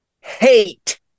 hate